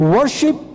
Worship